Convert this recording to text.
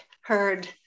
heard